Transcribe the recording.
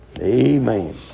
Amen